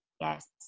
Yes